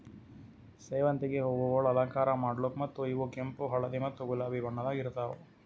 ಸೇವಂತಿಗೆ ಹೂವುಗೊಳ್ ಅಲಂಕಾರ ಮಾಡ್ಲುಕ್ ಮತ್ತ ಇವು ಕೆಂಪು, ಹಳದಿ ಮತ್ತ ಗುಲಾಬಿ ಬಣ್ಣದಾಗ್ ಇರ್ತಾವ್